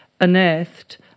unearthed